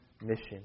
mission